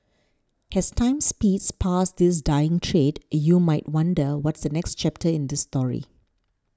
as time speeds past this dying trade you might wonder what's the next chapter in this story